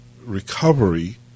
recovery